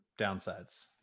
downsides